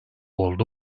oldu